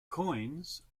coins